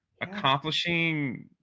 accomplishing